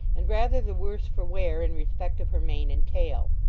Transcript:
and rather the worse for wear in respect of her mane and tail.